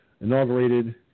inaugurated